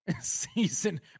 season